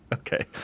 Okay